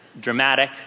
dramatic